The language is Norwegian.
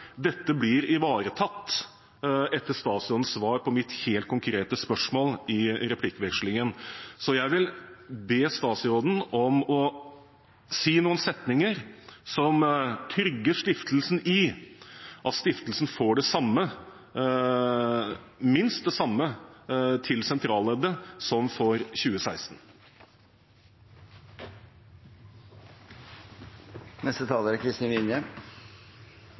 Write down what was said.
dette blir ivaretatt, etter statsrådens svar på mitt helt konkrete spørsmål i replikkvekslingen, så jeg vil be statsråden om å si noen setninger som trygger stiftelsen om at stiftelsen får minst det samme til sentralleddet, som i 2016. Min motivasjon for